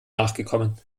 nachgekommen